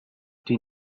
die